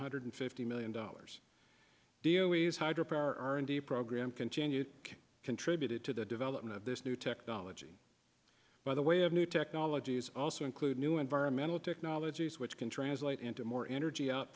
hundred fifty million dollars deal is hydropower r and d program continued contributed to the development of this new technology by the way of new technologies also include new environmental technologies which can translate into more energy out